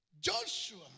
Joshua